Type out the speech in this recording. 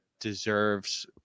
deserves